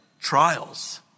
trials